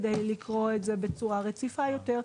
כדי לקרוא את זה בצורה רציפה יותר,